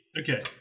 Okay